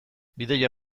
bidaia